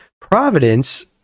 Providence